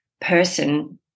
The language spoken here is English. person